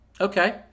Okay